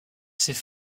s’est